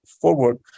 forward